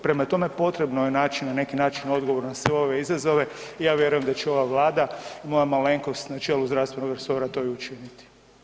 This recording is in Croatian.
Prema tome, potrebno je naći na neki način odgovor na sve ove izazove i ja vjerujem da će ova Vlada i moja malenkost na čelu zdravstvenog resora to i učiniti.